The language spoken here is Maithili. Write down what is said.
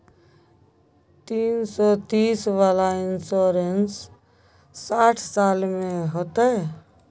तीन सौ तीस वाला इन्सुरेंस साठ साल में होतै?